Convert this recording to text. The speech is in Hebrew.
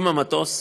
עם מטוס,